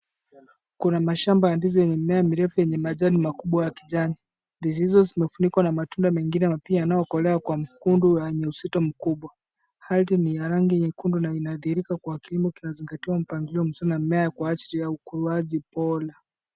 Kuna mashamba ya ndizi yenye mimea mirefu yenye majani makubwa ya kijani. Ndizi hizo zimefunikwa na matunda mengine na pia yanayokolea kwa mkungu wenye uzito mkubwa. Ardhi ni ya rangi nyekundu na inadhihirika kwa kilimo kinazingatia mpangilio mzuri kwa mimea kwa ajili ya ukuaji bora.